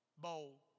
bowl